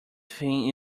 thing